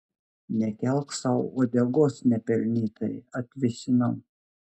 nekelk sau uodegos nepelnytai atvėsinau